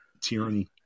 tyranny